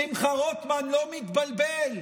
שמחה רוטמן לא מתבלבל.